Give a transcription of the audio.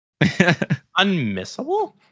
Unmissable